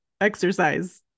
exercise